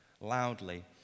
loudly